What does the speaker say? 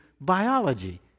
biology